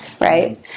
right